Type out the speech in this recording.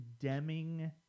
condemning